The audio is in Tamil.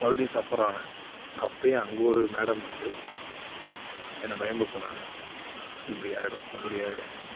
மறுபடியும் சஃபர் ஆனேன் அப்போயும் அங்கே ஒரு மேடம் வந்து என்னை பயமுறுத்தினாங்க இப்படி ஆகிடும் அப்படி ஆகிடும்